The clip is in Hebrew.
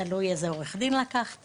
תלוי איזה עו"ד לקחת,